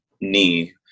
knee